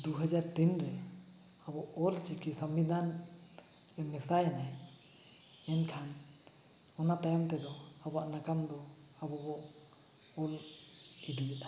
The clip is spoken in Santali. ᱫᱩ ᱦᱟᱡᱟᱨ ᱛᱤᱱᱨᱮ ᱟᱵᱚ ᱚᱞᱪᱤᱠᱤ ᱥᱚᱝᱵᱤᱫᱷᱟᱱᱨᱮ ᱢᱮᱥᱟᱭᱮᱱᱟ ᱮᱱᱠᱷᱟᱱ ᱚᱱᱟ ᱛᱟᱭᱚᱢᱛᱮᱫᱚ ᱟᱵᱚᱣᱟᱜ ᱱᱟᱜᱟᱢᱫᱚ ᱟᱵᱚᱵᱚ ᱚᱞ ᱤᱫᱤᱭᱮᱫᱟ